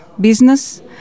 business